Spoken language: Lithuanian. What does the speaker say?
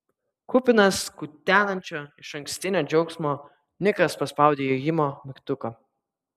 kupinas kutenančio išankstinio džiaugsmo nikas paspaudė įėjimo mygtuką